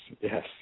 yes